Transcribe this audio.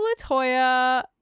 LaToya